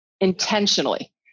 intentionally